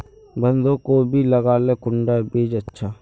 बंधाकोबी लगाले कुंडा बीज अच्छा?